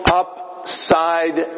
upside